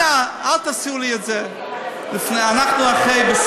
אנא, אל תעשו לי את זה, אנחנו בסיוון.